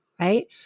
Right